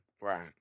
Right